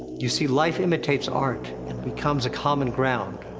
you see, life imitates art, and becomes a common ground.